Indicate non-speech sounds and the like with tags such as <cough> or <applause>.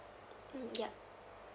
mm <noise> ya